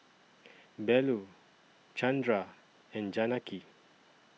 Bellur Chandra and Janaki